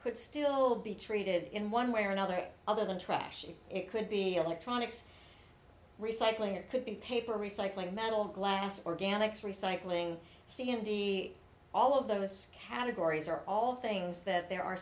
could still be treated in one way or another other than trash it could be electronics recycling it could be paper recycling metal glass organics recycling c m d all of those categories are all things that there